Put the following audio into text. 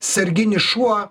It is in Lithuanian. sarginis šuo